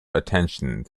attention